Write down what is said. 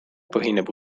põhineb